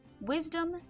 Wisdom